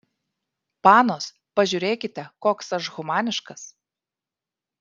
panos pažiūrėkite koks aš humaniškas